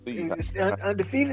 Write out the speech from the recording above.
undefeated